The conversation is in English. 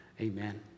Amen